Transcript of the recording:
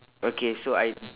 okay so I